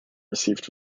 received